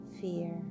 fear